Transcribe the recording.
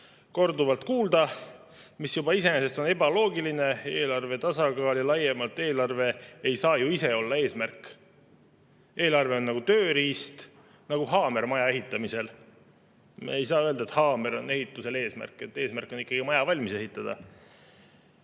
korduvalt kuulda. See juba iseenesest on ebaloogiline: eelarve tasakaal ja laiemalt eelarve ei saa ju ise olla eesmärk. Eelarve on nagu tööriist, nagu haamer maja ehitamisel. Me ei saa öelda, et haamer on ehitusel eesmärk, sest eesmärk on ikkagi maja valmis